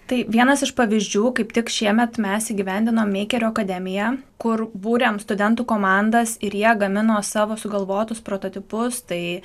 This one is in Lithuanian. tai vienas iš pavyzdžių kaip tik šiemet mes įgyvendinom meikerio akademiją kur būrėm studentų komandas ir jie gamino savo sugalvotus prototipus tai